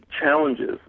challenges